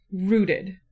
rooted